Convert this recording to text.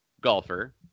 golfer